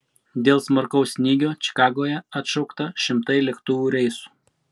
dėl smarkaus snygio čikagoje atšaukta šimtai lėktuvų reisų